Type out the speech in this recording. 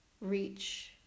reach